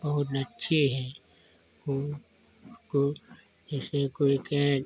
बहुत अच्छी है हो को जैसे कोई के